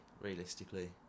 realistically